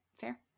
fair